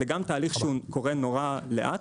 זה גם תהליך שהוא קורה נורא לאט.